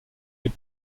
est